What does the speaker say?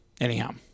Anyhow